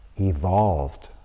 evolved